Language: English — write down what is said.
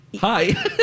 Hi